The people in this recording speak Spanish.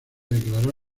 declaró